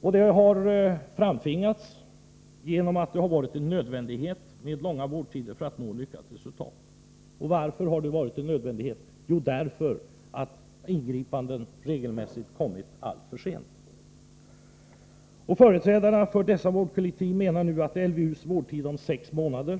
Detta har framtvingats genom att det har varit en nödvändighet med långa vårdtider för att uppnå lyckat resultat. Varför har det varit en nödvändighet? Jo, därför att ingripanden regelmässigt har kommit alltför sent. Företrädare för dessa vårdkollektiv menar nu att LVU:s vårdtid om sex månader